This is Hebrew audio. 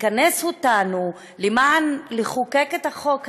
לכנס אותנו לחוקק את החוק הזה,